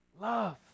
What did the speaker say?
Love